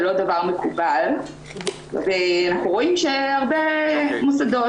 זה לא דבר מקובל ואנחנו רואים שהרבה מוסדות